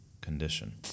condition